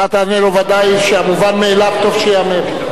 אתה תענה לו ודאי, שהמובן מאליו טוב שייאמר.